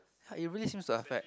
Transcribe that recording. but it really seems to affect